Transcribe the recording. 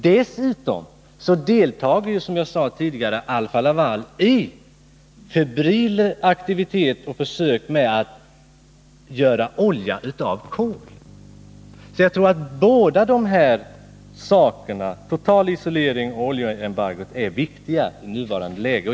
Dessutom deltar, som jag sade tidigare, Alfa-Laval med livlig aktivitet i försöken att göra olja av kol. Jag tror att båda de här sakerna — total isolering och oljeembargo — är viktiga i nuvarande läge.